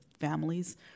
families